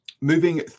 Moving